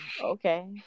okay